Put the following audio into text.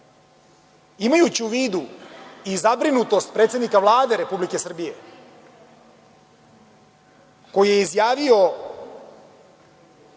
imajući u vidu i zabrinutost predsednika Vlade Republike Srbije, koji je izjavio…